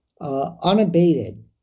Unabated